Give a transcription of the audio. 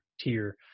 tier